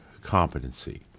competency